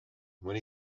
when